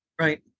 Right